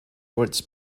words